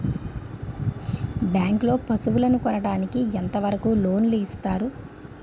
Bank లో పశువుల కొనడానికి ఎంత వరకు లోన్ లు ఇస్తారు?